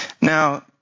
Now